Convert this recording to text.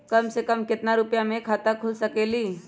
कम से कम केतना रुपया में खाता खुल सकेली?